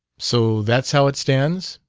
so that's how it stands?